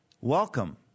Welcome